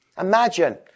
Imagine